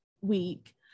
week